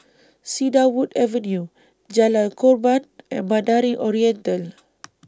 Cedarwood Avenue Jalan Korban and Mandarin Oriental